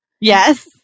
yes